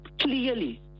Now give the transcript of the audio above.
clearly